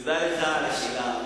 תודה לך על השאלה.